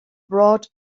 brought